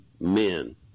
men